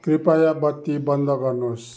कृपया बत्ती बन्द गर्नुहोस्